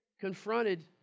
confronted